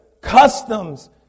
customs